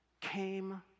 came